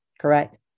correct